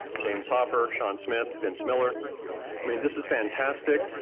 james hopper, sean smith, vince miller. i mean this is fantastic.